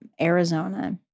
Arizona